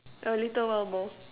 a little while more